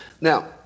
Now